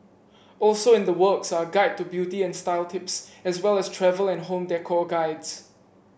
also in the works are a guide to beauty and style tips as well as travell and home decor guides